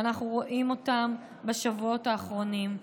שאנחנו רואים בשבועות האחרונים,